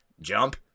jump